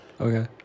Okay